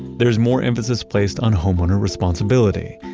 there's more emphasis placed on homeowner responsibility.